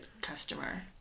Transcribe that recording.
customer